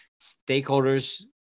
stakeholders